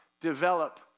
develop